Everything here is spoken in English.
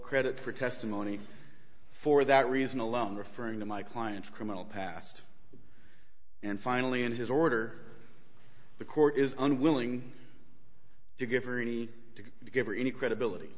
credit for testimony for that reason alone referring to my client's criminal past and finally in his order the court is unwilling to give her any to give her any credibility